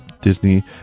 Disney